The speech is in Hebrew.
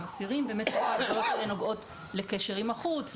אסירים רוב ההגבלות האלה באמת נוגעות לקשר עם החוץ,